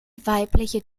weibliche